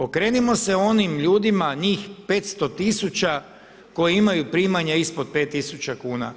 Okrenimo se onim ljudima, njih 500 000 koji imaju primanja ispod 5 000 kuna.